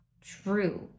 true